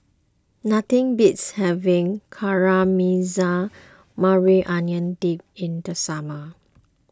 nothing beats having Caramelized Maui Onion Dip in the summer